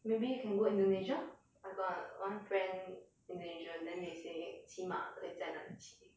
maybe we can go indonesia I got one friend indonesian then they say 骑马可以在那里骑